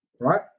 right